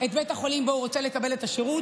את בית החולים שבו הוא רוצה לקבל את השירות,